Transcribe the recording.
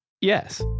Yes